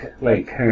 lake